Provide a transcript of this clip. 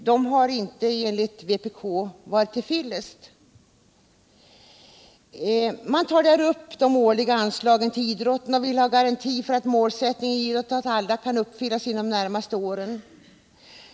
Dessa har enligt vpk inte uppfyllts. Vpk tar där upp de årliga anslagen till idrotten och vill ha garanti för att målsättningen ”idrott åt alla” kan uppfyllas inom de närmaste åren.